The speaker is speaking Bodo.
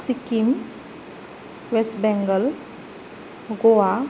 सिक्किम अवेस्ट बेंगल गवा